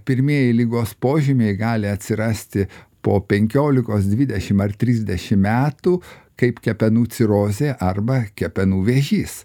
pirmieji ligos požymiai gali atsirasti po penkiolikos dvidešimt ar trisdešimt metų kaip kepenų cirozė arba kepenų vėžys